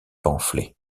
pamphlets